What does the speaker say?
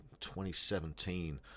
2017